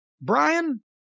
Brian